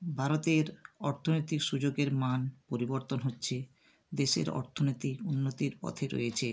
ভারতের অর্থনৈতিক সুযোগের মান পরিবর্তন হচ্ছে দেশের অর্থনীতি উন্নতির পথে রয়েছে